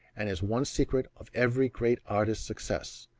and is one secret of every great artist's success,